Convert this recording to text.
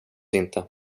inte